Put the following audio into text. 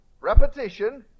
repetition